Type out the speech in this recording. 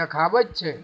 देखाबैत छै